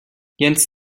jens